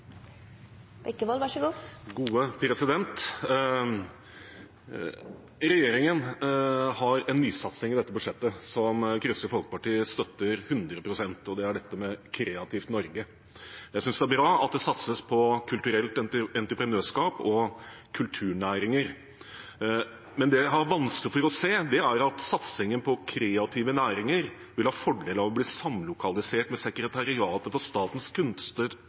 Regjeringen har en nysatsing i dette budsjettet som Kristelig Folkeparti støtter hundre prosent, og det er Kreativt Norge. Jeg synes det er bra at det satses på kulturelt entreprenørskap og kulturnæringer. Men det jeg har vanskelig for å se, er at satsingen på kreative næringer vil ha fordel av å bli samlokalisert med sekretariatet for Statens